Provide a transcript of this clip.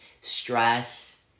stress